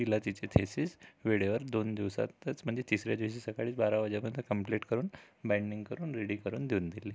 तिला तिचे थेसिस वेळेवर दोन दिवसातच म्हणजे तिसऱ्या दिवशी सकाळी बारा वाजेपर्यंत कम्प्लिट करून बायंडिंग करून रेडी करून देऊन दिले